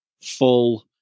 full